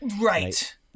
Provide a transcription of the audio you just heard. Right